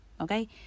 Okay